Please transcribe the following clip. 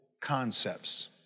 concepts